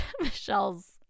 Michelle's